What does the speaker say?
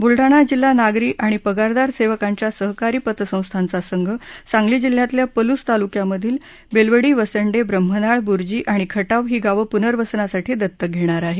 बुलडाणा जिल्हा नागरी आणि पगारदार सेवकांच्या सहकारी पतसंस्थांचा संघ सांगली जिल्ह्यातल्या पलूस तालुक्यातमधली पाच बेलवडी वसन्डे ब्रह्मनाळ बुरजी आणि खटाव ही गावं पुनर्वसनासाठी दत्तक घेणार आहे